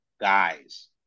guys